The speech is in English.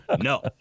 No